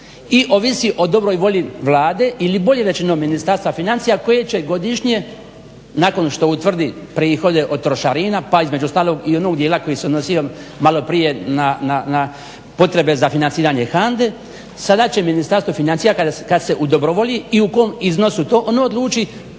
i ovisi o dobroj volji Vlade ili bolje reći Ministarstva financija koje će godišnje nakon što utvrdi prihode od trošarina, pa između ostalog i onog dijela koji se odnosio maloprije na potrebe za financiranje HANDA-e. Sada će Ministarstvo financija kad se udobrovolji i u kom iznosu to ona odluči